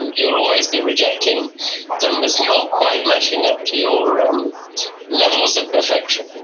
you'll always be rejecting them as not quite matching up to your um levels of perfection.